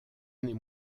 n’est